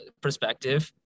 perspective